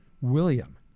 William